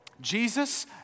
Jesus